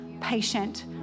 Patient